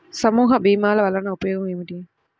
సమూహ భీమాల వలన ఉపయోగం ఏమిటీ?